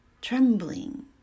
trembling